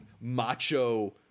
macho